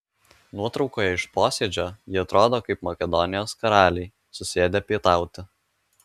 nuotraukoje iš posėdžio jei atrodo kaip makedonijos karaliai susėdę pietauti